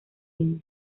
ling